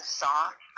saw